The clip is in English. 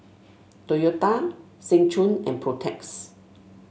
Toyota Seng Choon and Protex